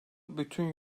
bütün